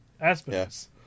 aspects